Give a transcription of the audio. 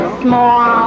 small